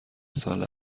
ساله